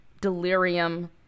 delirium